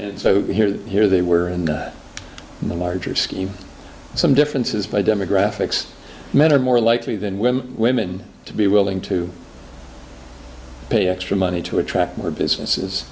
so here they were and in the larger scheme some differences by demographics men are more likely than women women to be willing to pay extra money to attract more businesses